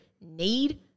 need